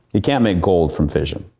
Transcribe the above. you can't make gold from fission.